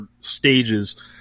stages